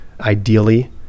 ideally